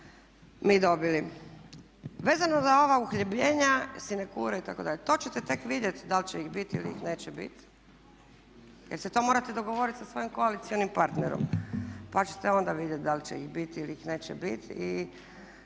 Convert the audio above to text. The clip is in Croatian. mi dobili. Vezano za ova uhljebljenja, sinekure itd. to ćete tek vidjeti da li će ih biti ili ih neće biti jer se to morate dogovoriti sa svojim koalicijskim partnerom, pa ćete onda vidjeti dal će ih biti ili ih neće bit.